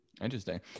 Interesting